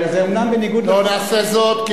לא נעשה זאת, כי